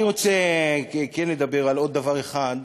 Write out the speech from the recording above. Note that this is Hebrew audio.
אני רוצה לדבר על עוד דבר אחד,